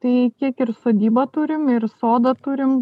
tai kiek ir sodybą turim ir sodą turim